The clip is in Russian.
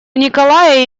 николая